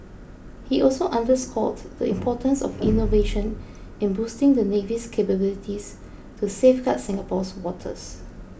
he also underscored the importance of innovation in boosting the navy's capabilities to safeguard Singapore's waters